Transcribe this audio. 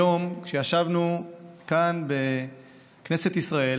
היום, ישבנו כאן בכנסת ישראל